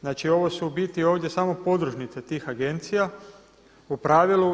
Znači ovo su u biti ovdje samo podružnice tih agencija, u pravilu.